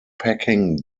packing